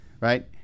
right